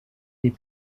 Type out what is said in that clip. des